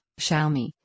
Xiaomi